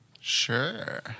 Sure